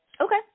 Okay